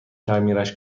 تعمیرش